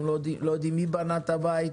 הן לא יודעות מי בנה את הבית,